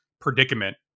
predicament